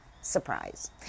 surprise